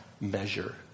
measure